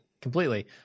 completely